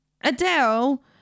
Adele